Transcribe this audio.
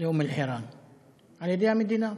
אליו על-ידי המדינה.